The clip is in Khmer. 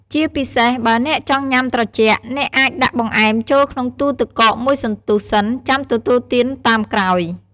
ជាពិសេស បើអ្នកចង់ញ៉ាំត្រជាក់ អ្នកអាចដាក់បង្អែមចូលក្នុងទូទឹកកកមួយសន្ទុះសិន ចាំទទួលទានតាមក្រោយ។